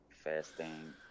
fasting